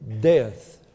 Death